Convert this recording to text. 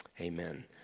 Amen